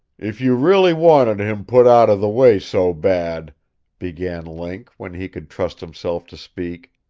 if you really wanted him put out of the way so bad began link, when he could trust himself to speak.